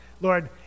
Lord